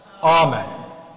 Amen